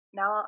now